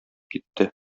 китте